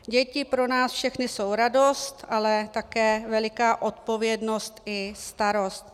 Děti pro nás všechny jsou radost, ale také veliká odpovědnost i starost.